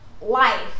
life